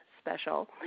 special